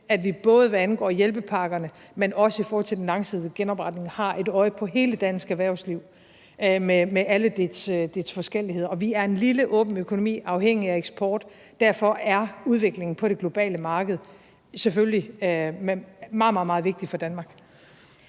at vi, både hvad angår hjælpepakkerne, men også i forhold til den langsigtede genopretning, har et øje på hele det danske erhvervsliv med alle dets forskelligheder. Og vi er en lille åben økonomi afhængig af eksport. Derfor er udviklingen på det globale marked selvfølgelig meget, meget vigtig for Danmark.